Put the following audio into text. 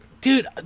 Dude